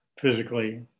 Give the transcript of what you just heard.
physically